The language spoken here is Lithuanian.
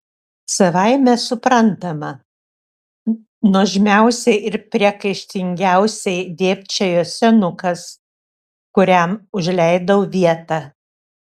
savaime suprantama nuožmiausiai ir priekaištingiausiai dėbčiojo senukas kuriam užleidau vietą